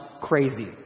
crazy